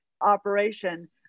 operation